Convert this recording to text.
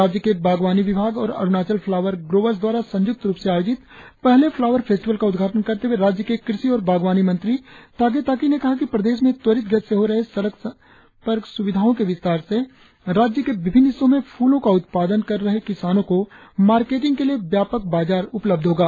राज्य के बागवानी विभाग और अरुणाचल फ्लावर ग्रोवर्स द्वारा संयुक्त रुप से आयोजित पहले फ्लावर फेस्टिवल का उद्घाटन करते हुए राज्य के कृषि और बागवानी मंत्री तागे ताकी ने कहा कि प्रदेश में त्वरित गति से हो रहे सड़क संपर्क सुविधाओं के विस्तार से राज्य के विभिन्न हिस्सों में फूलों का उत्पादन कर रहे किसानों को मार्केटिंग के लिए व्यापक बाजार उपलब्ध होगा